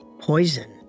poison